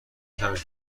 فهمی